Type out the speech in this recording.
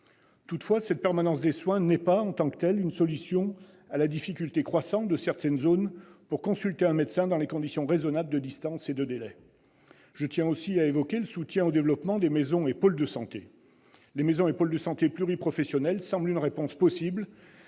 Toutefois, cette permanence des soins n'est pas, en tant que telle, une solution à la difficulté croissante dans certaines zones pour consulter un médecin dans des conditions raisonnables de distance et de délais. Je tiens aussi à évoquer le soutien au développement des maisons et pôles de santé. Les maisons et pôles de santé pluriprofessionnels semblent une réponse possible